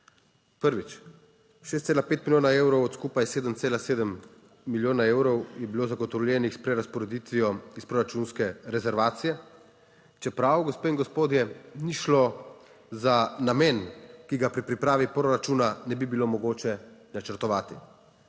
Prvič. 6,5 milijona evrov od skupaj 7,7 milijona evrov je bilo zagotovljenih s prerazporeditvijo iz proračunske rezervacije, čeprav gospe in gospodje, ni šlo za namen, ki ga pri pripravi proračuna ne bi bilo mogoče načrtovati.